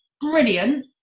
Brilliant